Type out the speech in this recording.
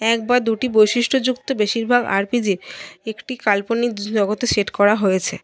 এক বা দুটি বৈশিষ্ট্যযুক্ত বেশিরভাগ আরপিজি একটি কাল্পনিক জগতে সেট করা হয়েছে